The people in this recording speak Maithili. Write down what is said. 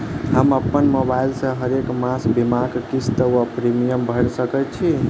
हम अप्पन मोबाइल सँ हरेक मास बीमाक किस्त वा प्रिमियम भैर सकैत छी?